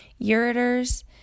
ureters